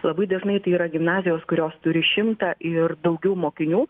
labai dažnai tai yra gimnazijos kurios turi šimtą ir daugiau mokinių